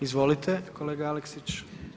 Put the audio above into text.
Izvolite kolega Aleksić.